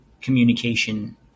communication